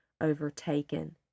overtaken